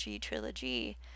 trilogy